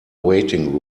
waiting